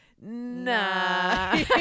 nah